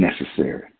necessary